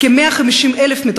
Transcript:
כ-150,000 הם